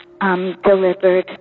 delivered